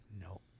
nope